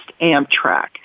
Amtrak